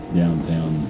downtown